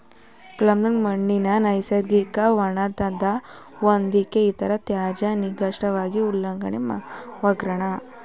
plum ಹಣ್ಣಿನ ನೈಸರ್ಗಿಕ ಮೇಣದಂಥ ಹೊದಿಕೆ ಇದರ ತಾಜಾತನ ದೀರ್ಘವಾಗಿ ಉಳ್ಯೋಕೆ ಕಾರ್ಣ